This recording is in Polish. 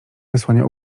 wysłanie